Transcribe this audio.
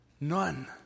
None